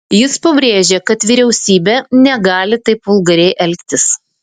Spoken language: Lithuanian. jis pabrėžė kad vyriausybė negali taip vulgariai elgtis